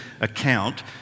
account